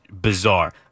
bizarre